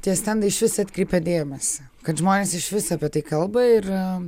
tie stendai išvis atkreipia dėmesį kad žmonės išvis apie tai kalba ir